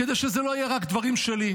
כדי שזה לא יהיה רק דברים שלי,